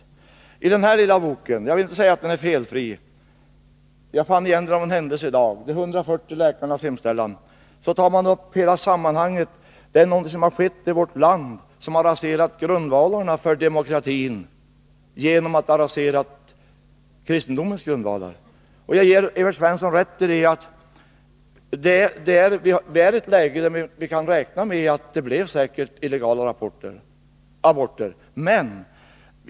Jag återfann av en händelse i dag en bok-— jag vill inte säga att den är felfri — som heter De 140 läkarnas hemställan, och där tas hela detta sammanhang upp. Det är någonting som har skett i vårt land som har raserat grundvalarna för demokratin, genom att rasera kristendomens grundvalar. Jag ger Evert Svensson rätt i att vi är i ett läge där vi kan räkna med att det skulle kunna bli illegala aborter.